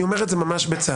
אני אומר את זה ממש בצער,